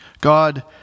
God